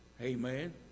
Amen